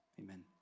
Amen